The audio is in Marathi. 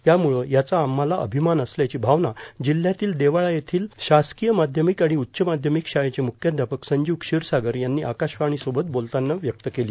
त्यामुळं त्याचा आम्हाला अभिमान असल्याची भावना जिल्ह्यातील देवाळा येथील शासकीय माध्यमिक व उच्च माध्यमिक शाळेचे म्ख्याध्यापक संजिव क्षिरसागर यांनी आकाशवाणी सोबत बोलताना व्यक्त केली